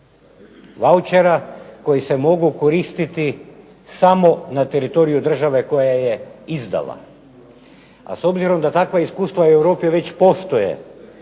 vaučera koji se mogu koristiti samo na teritoriju države koja je izdala a s obzirom da takva iskustva u Europi već postoje